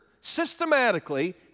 systematically